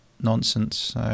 nonsense